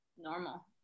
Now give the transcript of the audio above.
normal